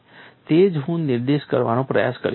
તે જ હું નિર્દેશ કરવાનો પ્રયાસ કરી રહ્યો છું